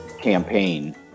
campaign